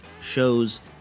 shows